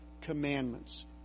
Commandments